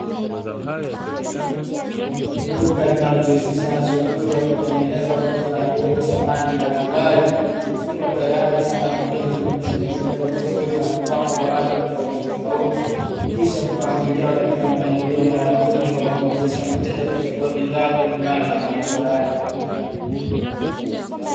Duka linalojihusisha na Shughuli ya kutengeneza na kuuza bidhaa za samani mbalimbali, zikiwa tayari samani hizo zimekwisha kutengenezwa vizuri na kupambwa kwa rangi tofautitofauti, kisha kupangiliwa katika mpangilio maalumu utakao muwezesha mteja kuchagua bidhaa kulingana na matakwa yake.